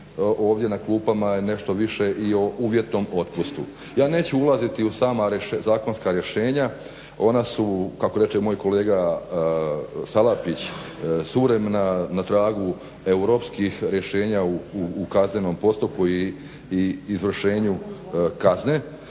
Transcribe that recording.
na klupama nešto više i o uvjetnom otpustu. Ja neću ulaziti u sama zakonska rješenja, ona su kako reče moj kolega Salapić suvremena, na tragu europskih rješenja u kaznenom postupku i izvršenju kazne.